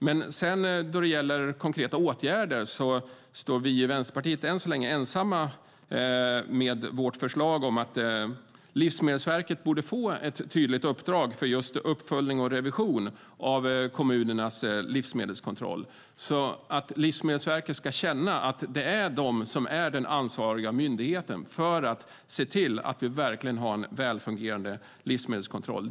Men när det gäller konkreta åtgärder står vi i Vänsterpartiet än så länge ensamma med vårt förslag om att Livsmedelsverket borde få ett tydligt uppdrag för just uppföljning och revision av kommunernas livsmedelskontroll, så att Livsmedelsverket ska känna att man är den ansvariga myndigheten för att se till att vi verkligen har en väl fungerande livsmedelskontroll.